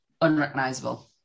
unrecognizable